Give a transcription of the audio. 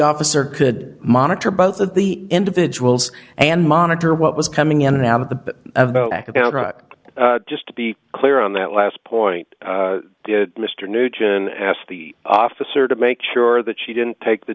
officer could monitor both of the individuals and monitor what was coming in and out of the bit about just to be clear on that last point mr nugent asked the officer to make sure that she didn't take the